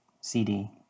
CD